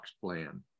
plan